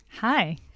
Hi